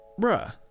Bruh